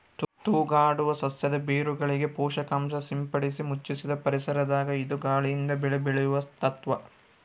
ತೂಗಾಡುವ ಸಸ್ಯದ ಬೇರುಗಳಿಗೆ ಪೋಷಕಾಂಶ ಸಿಂಪಡಿಸಿ ಮುಚ್ಚಿದ ಪರಿಸರದಾಗ ಇದ್ದು ಗಾಳಿಯಿಂದ ಬೆಳೆ ಬೆಳೆಸುವ ತತ್ವ